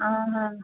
हाँ हाँ